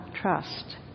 trust